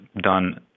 done